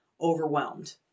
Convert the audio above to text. overwhelmed